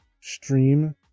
stream